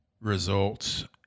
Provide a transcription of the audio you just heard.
results